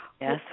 Yes